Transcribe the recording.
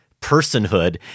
personhood